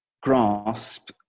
grasp